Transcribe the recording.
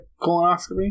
colonoscopy